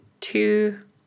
two